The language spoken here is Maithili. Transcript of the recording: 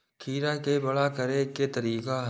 खीरा के बड़ा करे के तरीका?